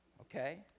Okay